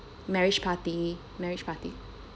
marriage party marriage party